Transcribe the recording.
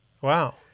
Wow